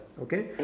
okay